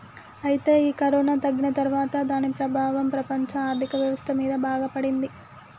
అయితే ఈ కరోనా తగ్గిన తర్వాత దాని ప్రభావం ప్రపంచ ఆర్థిక వ్యవస్థ మీద బాగా పడింది